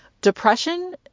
Depression